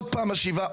עוד פעם משיבה,